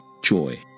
Joy